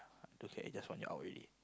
okay just want you out already